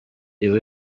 iba